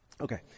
Okay